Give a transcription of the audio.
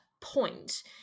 point